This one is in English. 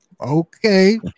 okay